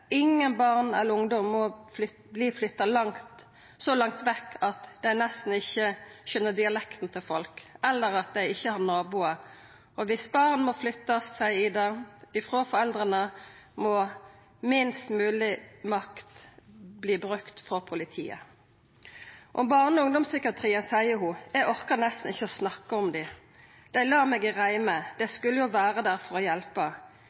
ingen barn eller ungdom må verta flytta så langt vekk at dei nesten ikkje skjønar dialekta til folk, eller at dei ikkje har naboar. «Ida» seier at dersom barn må flyttast frå foreldra, må politiet bruka minst mogleg makt. Om barne- og ungdomspsykiatrien seier ho: Eg orkar nesten ikkje å snakka om dei. Dei la meg i reimer. Dei skulle jo vera der for å